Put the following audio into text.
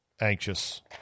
anxious